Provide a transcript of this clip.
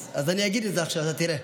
אז אני אגיד את זה עכשיו, אתה תראה.